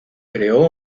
creó